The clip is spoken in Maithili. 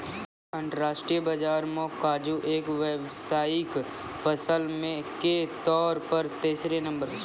अंतरराष्ट्रीय बाजार मॅ काजू एक व्यावसायिक फसल के तौर पर तेसरो नंबर पर छै